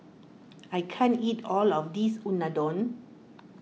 I can't eat all of this Unadon